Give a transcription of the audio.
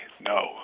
no